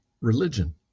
religion